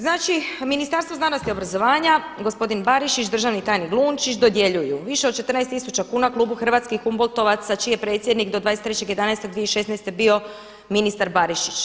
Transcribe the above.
Znači Ministarstvo znanosti i obrazovanja gospodin Barišić, državni tajnik Glunčić dodjeljuju više od 14 tisuća kuna Klubu hrvatskih humboltovaca čiji je predsjednik do 23.11.2016. bio ministar Barišić.